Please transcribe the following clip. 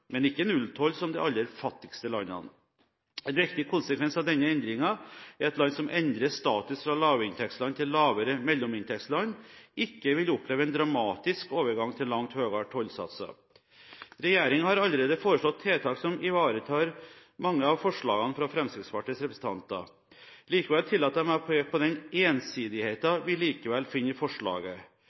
men ikke nulltoll som de aller fattigste landene. En viktig konsekvens av denne endringen er at land som endrer status fra lavinntektsland til lavere mellominntektsland, ikke vil oppleve en dramatisk overgang til langt høyere tollsatser. Regjeringen har allerede foreslått tiltak som ivaretar mange av forslagene fra Fremskrittspartiets representanter. Likevel tillater jeg meg å peke på den ensidigheten vi finner i forslaget.